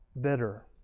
bitter